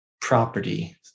property